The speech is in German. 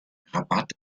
rabat